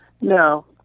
No